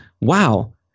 wow